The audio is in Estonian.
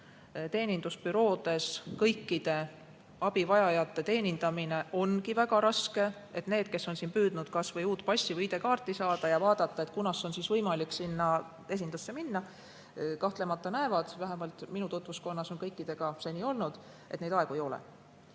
teenindusbüroodes kõikide abivajajate teenindamine ongi väga raske. Need, kes on püüdnud kasvõi uut passi või ID‑kaarti saada ja vaadata, kunas on võimalik sinna esindusse minna, kahtlemata näevad – vähemalt minu tutvuskonnas on kõikidega seni nii olnud –, et vabu aegu ei ole.